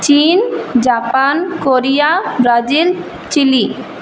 চীন Japan Korea Brazil chilli